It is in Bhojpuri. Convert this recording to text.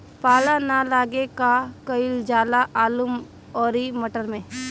पाला न लागे का कयिल जा आलू औरी मटर मैं?